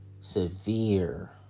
severe